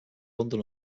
london